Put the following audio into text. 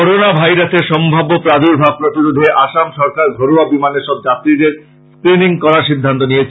corona ভাইরাসের সম্ভাব্য প্রার্দুভাব প্রতিরোধে আসাম সরকার ঘরোয়া বিমানের সব যাত্রীদের ক্ষিনিং করার সিদ্ধান্ত নিয়েছে